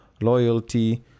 Loyalty